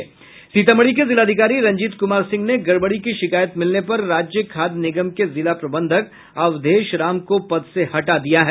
सीतामढ़ी के जिलाधिकारी रंजीत कुमार सिंह ने गड़बड़ी की शिकायत मिलने पर राज्य खाद्य निगम के जिला प्रबंधक अवधेश राम को पद से हटा दिया है